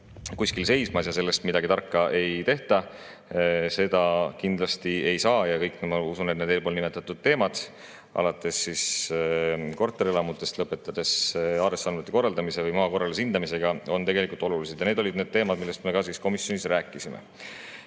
kuskil seismas ja selle eest midagi tarka ei tehta, kindlasti ei saa. Ma usun, et need eelpool nimetatud teemad, alates korterelamutest, lõpetades aadressiandmete korrastamise või maa korralise hindamisega, on tegelikult olulised. Need olid teemad, millest me komisjonis rääkisime.